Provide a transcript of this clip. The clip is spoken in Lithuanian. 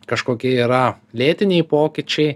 kažkokie yra lėtiniai pokyčiai